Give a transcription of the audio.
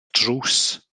drws